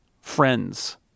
friends